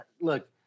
look